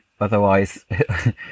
Otherwise